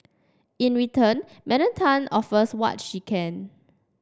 in return Madam Tan offers what she can